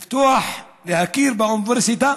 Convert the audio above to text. לפתוח, להכיר באוניברסיטה